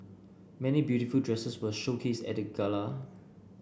many beautiful dresses were showcased at the gala